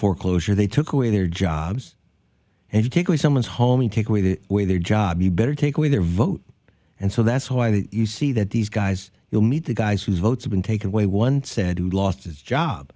foreclosure they took away their jobs and if you take away someone's home and take away the way their job you better take away their vote and so that's why you see that these guys you'll meet the guys whose votes have been taken away one said who lost his job